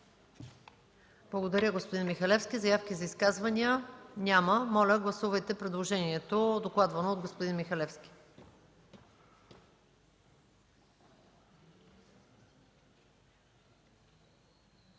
Благодаря, господин Михалевски. Заявки за изказвания? Няма. Гласувайте предложението, докладвано от господин Михалевски.